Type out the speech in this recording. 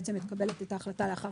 ועדת הכנסת בעצם מקבלת את ההחלטה לאחר